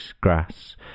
grass